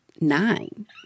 nine